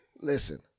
Listen